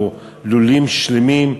או לולים שלמים.